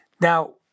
Now